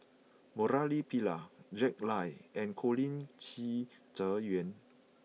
Murali Pillai Jack Lai and Colin Qi Zhe Quan